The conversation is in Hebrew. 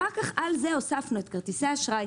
אחר כך על זה הוספנו את כרטיסי אשראי,